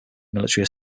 military